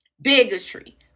bigotry